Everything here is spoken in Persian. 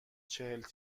چهل